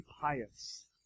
pious